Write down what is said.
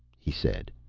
he said.